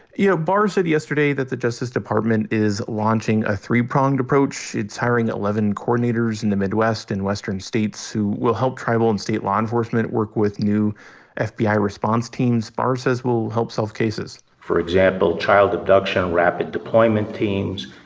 you know, barr said yesterday that the justice department is launching a three-pronged approach. it's hiring eleven coordinators in the midwest and western states who will help tribal and state law enforcement work with new ah fbi response teams barr says will help solve cases for example, child abduction rapid deployment teams,